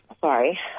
Sorry